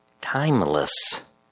timeless